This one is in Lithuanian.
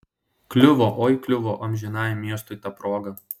kliuvo oi kliuvo amžinajam miestui ta proga